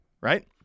right